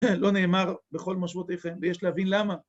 ‫לא נאמר בכל משמעותיכם, ‫ויש להבין למה.